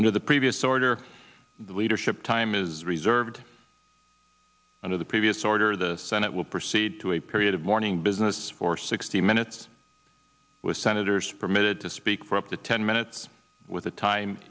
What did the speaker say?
under the previous order the leadership time is reserved under the previous order the senate will proceed to a period of mourning business for sixty minutes with senators permitted to speak for up to ten minutes with a time